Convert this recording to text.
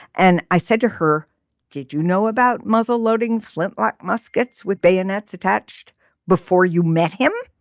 and i said to her did you know about muzzle loading flintlock muskets with bayonets attached before you met him.